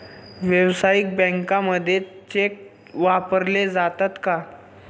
व्यावसायिक बँकांमध्ये चेक वापरले जातात का?